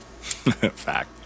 Fact